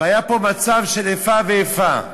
והיה פה מצב של איפה ואיפה.